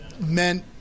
meant